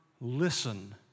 listen